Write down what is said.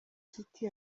city